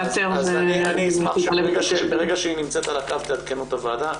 ברגע שהנציגה על הקו, תעדכנו את הוועדה.